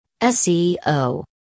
seo